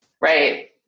Right